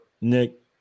Nick